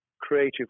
creative